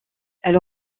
elle